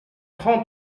trente